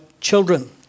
children